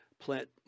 plant